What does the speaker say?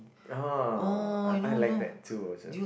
oh I I like that too also